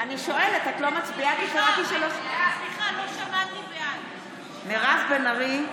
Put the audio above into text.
נגד מיכל וולדיגר,